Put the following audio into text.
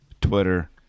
Twitter